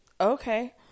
okay